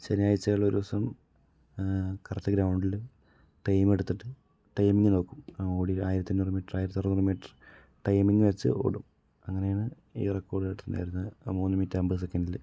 ശനിയാഴ്ചകളിൽ ഒരു ദിവസം കറക്റ്റ് ഗ്രൗണ്ടിൽ ടീം എടുത്തിട്ട് ടൈമിംഗ് നോക്കും ഓടി ആയിരത്തി അഞ്ഞൂറ് മീറ്റർ ആയിരത്തി അറുന്നൂറ് മീറ്റർ ടൈമിംഗ് വെച്ച് ഓടും അങ്ങനെയാണ് ഈ റെക്കോർഡ് നേടുന്നത് മൂന്ന് മിനിറ്റ് അമ്പത് സെക്കൻഡിൽ